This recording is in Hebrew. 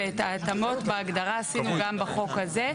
ואת ההתאמות בהגדרה עשינו גם בחוק הזה,